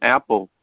Apple